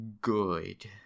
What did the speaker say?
Good